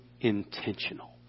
intentional